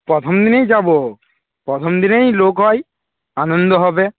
প্রথম দিনেই যাব প্রথম দিনেই লোক হয় আনন্দ হবে